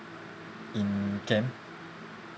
in camp